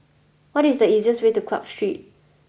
what is the easiest way to Clarke Street